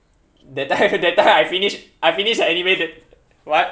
that time that time I finish I finish the anime then what